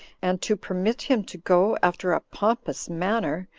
and to permit him to go, after a pompous manner,